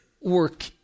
work